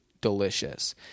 delicious